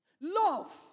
Love